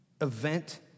event